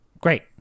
Great